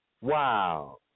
Wow